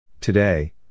Today